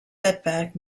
setback